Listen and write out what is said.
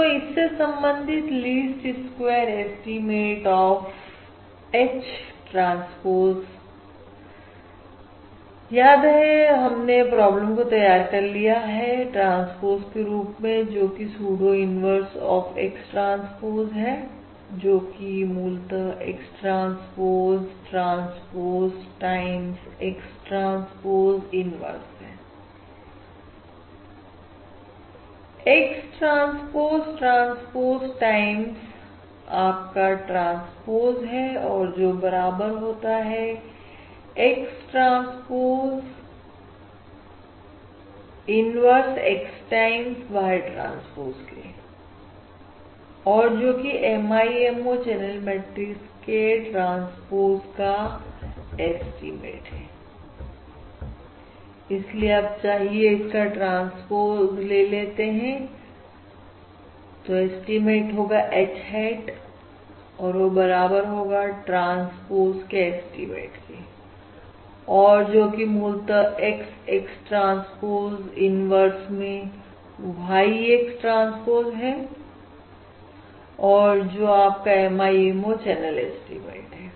तो इससे संबंधित least square estimate of H transpose याद है हमने प्रॉब्लम को तैयार कर लिया है ट्रांसपोज के रूप में जोकि pseudo inverse of X transpose है जोकि मूलतः X transpose transpose time X transpose inverse हैX ट्रांसपोज ट्रांसपोज टाइम आपका ट्रांसपोज है और जो बराबर होता है X X transpose inverse X time Y transpose के और जो कि MIMO चैनल मैट्रिक्स के ट्रांसपोज का एस्टीमेट है इसलिए अब चाहिए इसकाट्रांसपोज लेते हैं तो एस्टीमेट होगा H hat और वह बराबर होगा ट्रांसपोज के एस्टीमेट के और जो कि मूलतः X X ट्रांसपोज इन्वर्स में Y X ट्रांसपोज है और जो आपका MIMO चैनल एस्टीमेट है